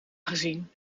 gezien